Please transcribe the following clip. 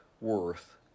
worth